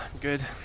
good